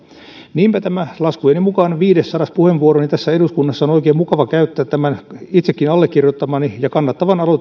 niinpä tämä laskujen mukaan viidessadas puheenvuoroni tässä eduskunnassa on oikein mukava käyttää tämän itsekin allekirjoittamani ja